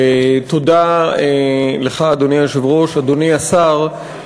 אדוני היושב-ראש, תודה לך, אדוני השר,